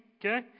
Okay